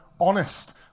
honest